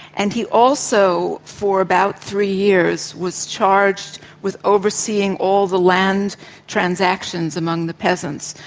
and he also for about three years was charged with overseeing all the land transactions among the peasants.